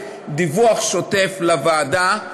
דיווח שוטף לוועדה,